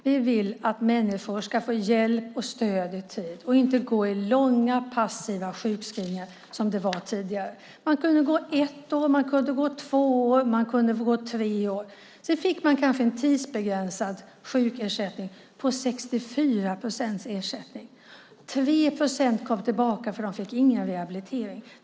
Herr talman! Vi vill att människor ska få hjälp och stöd i tid och inte gå i långa och passiva sjukskrivningar som det var tidigare. Man kunde vara sjukskriven i ett år, i två år eller i tre år. Sedan fick man kanske en tidsbegränsad sjukersättning på 64 procent. 3 procent kom tillbaka för att de inte fick någon rehabilitering.